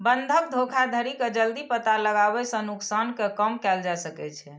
बंधक धोखाधड़ी के जल्दी पता लगाबै सं नुकसान कें कम कैल जा सकै छै